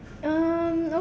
okay you want to do that I get